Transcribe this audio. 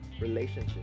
relationship